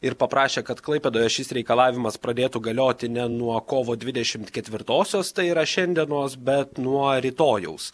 ir paprašė kad klaipėdoje šis reikalavimas pradėtų galioti ne nuo kovo dvidešimt ketvirtosios tai yra šiandienos bet nuo rytojaus